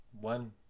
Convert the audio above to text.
one